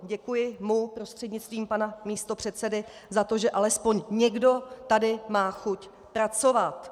Děkuji mu prostřednictvím pana místopředsedy za to, že alespoň někdo tady má chuť pracovat.